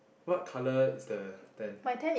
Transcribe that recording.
what colour is the tent